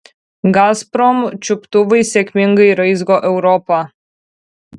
gazprom čiuptuvai sėkmingai raizgo europą